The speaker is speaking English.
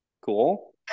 Cool